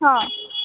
हा